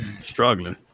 Struggling